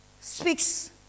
speaks